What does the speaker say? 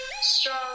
strong